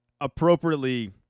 appropriately